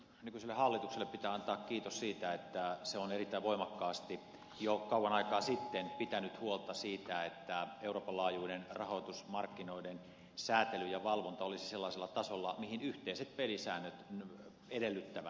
nykyiselle hallitukselle pitää antaa kiitos siitä että se on erittäin voimakkaasti jo kauan aikaa sitten pitänyt huolta siitä että euroopan laajuinen rahoitusmarkkinoiden säätely ja valvonta olisi sellaisella tasolla mitä yhteiset pelisäännöt edellyttävät